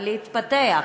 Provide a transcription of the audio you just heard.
בלהתפתח,